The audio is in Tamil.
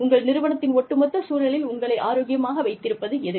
உங்கள் நிறுவனத்தின் ஒட்டுமொத்த சூழலில் உங்களை ஆரோக்கியமாக வைத்திருப்பது எது